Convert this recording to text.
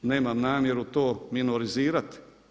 Nemam namjeru to minorizirati.